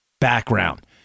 background